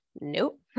Nope